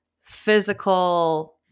physical